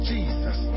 Jesus